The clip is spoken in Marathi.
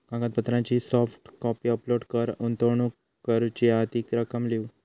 कागदपत्रांची सॉफ्ट कॉपी अपलोड कर, गुंतवणूक करूची हा ती रक्कम लिव्ह